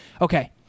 Okay